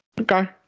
Okay